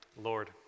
Lord